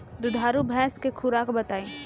दुधारू भैंस के खुराक बताई?